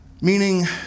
Meaning